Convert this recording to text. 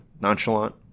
Nonchalant